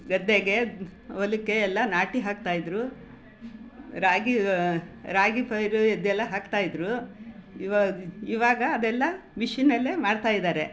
ಗದ್ದೆಗೆ ಹೊಲಕ್ಕೆ ಎಲ್ಲ ನಾಟಿ ಹಾಕ್ತಾಯಿದ್ದರು ರಾಗಿ ರಾಗಿ ಪೈರು ಇದೆಲ್ಲ ಹಾಕ್ತಾಯಿದ್ದರು ಇವಾಗ ಇವಾಗ ಅದೆಲ್ಲ ಮಿಷಿನ್ನಲ್ಲೇ ಮಾಡ್ತಾಯಿದ್ದಾರೆ